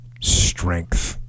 strength